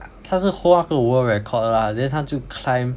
他是 hold 那个 world record 的 lah then 他就 climb